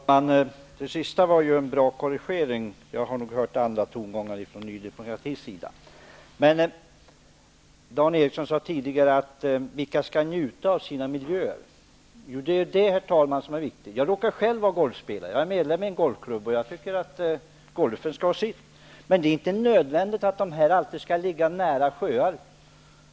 Herr talman! Det som Dan Eriksson i Stockholm senast sade var en bra korrigering. Jag har hört andra tongångar från Ny demokratis sida. Dan Eriksson i Stockholm frågade tidigare om vilka som skall få njuta av sina miljöer. Det är det, herr talman, som är viktigt. Jag råkar själv vara golfspelare och är medlem i en golfklubb. Man skall naturligtvis få områden för golf, men det är inte nödvändigt att dessa områden alltid skall ligga nära sjöar.